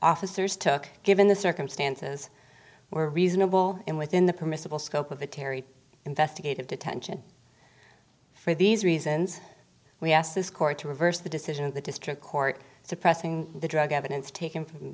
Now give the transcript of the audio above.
officers took given the circumstances were reasonable and within the permissible scope of a terry investigative detention for these reasons we asked this court to reverse the decision of the district court suppressing the drug evidence taken from